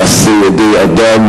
מעשה ידי אדם,